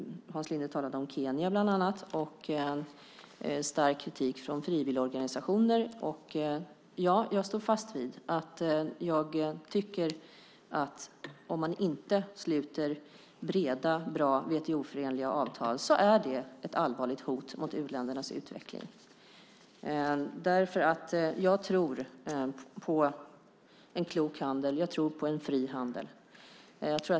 Hans Linde talade bland annat om Kenya och om stark kritik från frivilligorganisationer. Jag står fast vid att om man inte sluter breda bra WTO-förenliga avtal är det ett allvarligt hot mot u-ländernas utveckling. Jag tror på en klok och fri handel.